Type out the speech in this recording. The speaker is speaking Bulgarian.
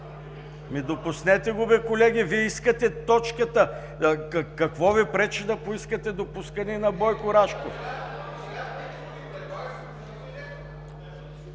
допуснете го бе, колеги, Вие искате точката! Какво Ви пречи да поискате допускане на Бойко Рашков?